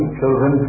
children